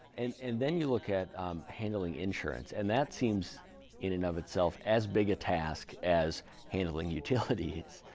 and and then you look at handling insurance, and that seems in and of itself as big a task as handling utilities.